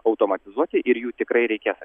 automatizuoti ir jų tikrai reikės